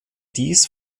dies